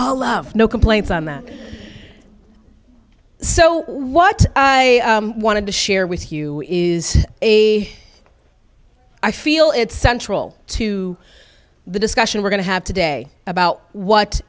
love no complaints on that so what i wanted to share with you is a i feel it's central to the discussion we're going to have today about what